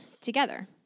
together